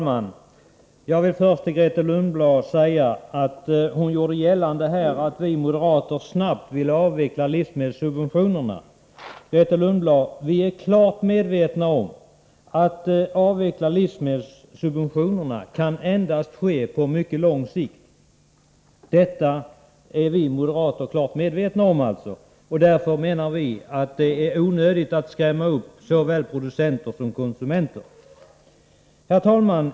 Herr talman! Grethe Lundblad gjorde här gällande att vi moderater snabbt ville avveckla livsmedelssubventionerna. Grethe Lundblad! Vi moderater är klart medvetna om att en avveckling av livsmedelssubventionerna endast kan ske på mycket lång sikt. Därför menar vi att det är onödigt att skrämma upp såväl producenter som konsumenter. Herr talman!